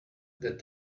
that